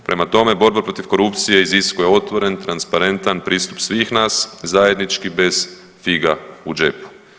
Prema tome, borba protiv korupcije iziskuje otvoren i transparentan pristup svih nas zajednički bez figa u džepu.